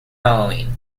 halloween